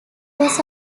was